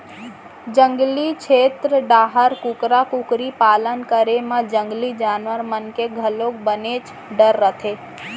जंगली छेत्र डाहर कुकरा कुकरी पालन करे म जंगली जानवर मन के घलोक बनेच डर रथे